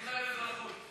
נותנים להם אזרחות.